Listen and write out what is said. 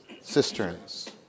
Cisterns